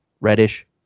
Reddish